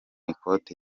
ikote